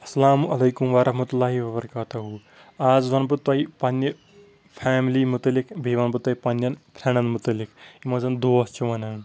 السلام علیکُم وَرحمتُہ اللہِ وَبرکاتہ ہوٗ آز وَنہٕ بہٕ تۄہہِ پنٛنہِ فیملی متعلِق بیٚیہِ وَن بہٕ تۄہہِ پنٛنٮ۪ن فرٛٮ۪نٛڈَن مُتعلق یِمَن زَن دوس چھِ وَنان